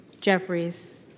Jeffries